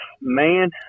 man